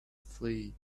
flee